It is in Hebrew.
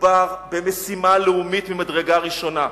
מדובר במשימה לאומית ממדרגה ראשונה.